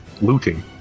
looting